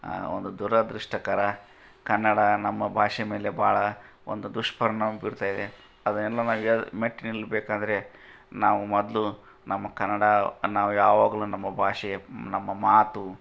ಒಂದು ದುರಾದೃಷ್ಟಕರ ಕನ್ನಡ ನಮ್ಮ ಭಾಷೆ ಮೇಲೆ ಭಾಳ ಒಂದು ದುಷ್ಪರಿಣಾಮ ಬೀರ್ತಾ ಇದೆ ಅದನ್ನೆಲ್ಲ ನಾವು ಈಗ ಮೆಟ್ಟಿನಿಲ್ಲಬೇಕೆಂದರೆ ನಾವು ಮೊದಲು ನಮ್ಮ ಕನ್ನಡ ನಾವು ಯಾವಾಗಲು ನಮ್ಮ ಭಾಷೆ ನಮ್ಮ ಮಾತು